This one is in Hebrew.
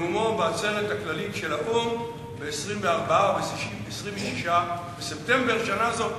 בנאומו בעצרת הכללית של האו"ם ב-24 או ב-26 בספטמבר שנה זאת.